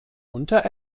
unter